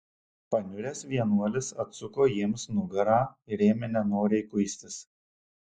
paniuręs vienuolis atsuko jiems nugarą ir ėmė nenoriai kuistis